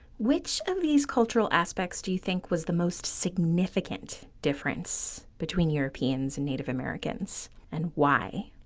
which of these cultural aspects do you think was the most significant difference between europeans and native americans and why?